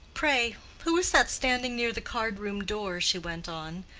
pray, who is that standing near the card-room door? she went on,